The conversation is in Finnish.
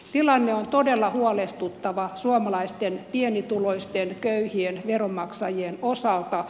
tilanne on todella huolestuttava suomalaisten pienituloisten köyhien veronmaksajien osalta